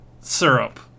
syrup